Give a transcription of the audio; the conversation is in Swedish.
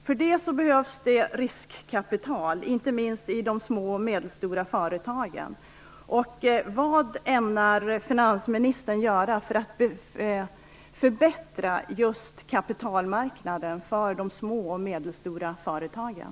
Till detta behövs riskkapital, inte minst i de små och medelstora företagen. Vad ämnar finansministern göra för att förbättra kapitalmarknaden för de små och medelstora företagen?